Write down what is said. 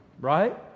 right